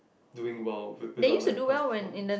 doing well with without like past performance